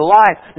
life